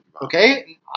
okay